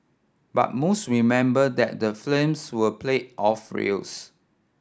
but most remember that the flames were played off reels